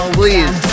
please